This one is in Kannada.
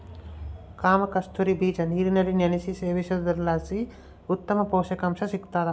ಕಾಮಕಸ್ತೂರಿ ಬೀಜ ನೀರಿನಲ್ಲಿ ನೆನೆಸಿ ಸೇವಿಸೋದ್ರಲಾಸಿ ಉತ್ತಮ ಪುಷಕಾಂಶ ಸಿಗ್ತಾದ